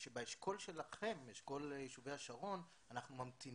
שבאשכול שלכם אשכול יישובי השרון --- לא השרון,